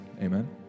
Amen